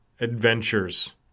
adventures